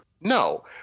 No